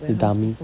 you dummy